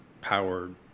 powered